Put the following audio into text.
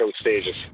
stages